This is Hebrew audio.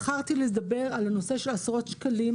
בחרתי לדבר על הנושא של עשרות שקלים